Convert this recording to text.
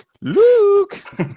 Luke